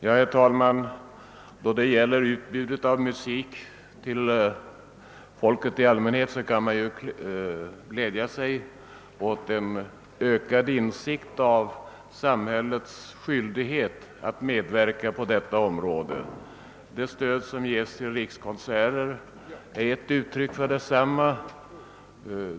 Herr talman! Då det gäller utbudet av musik till folket i allmänhet kan man glädja sig åt den ökade insikten om samhällets skyldighet att medverka på detta område. Det stöd som ges till rikskonserter är ett uttryck för detsamma.